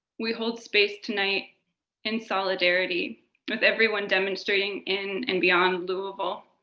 we hold space tonight in solidarity with everyone demonstrating in and beyond louisville,